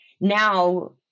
now